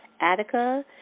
Attica